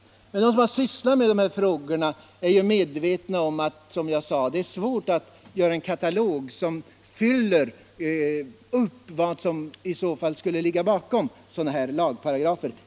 Men vi som har sysslat med de här frågorna är medvetna om svårigheten att göra en katalog som täcker allt som kan inrymmas i lagparagrafen.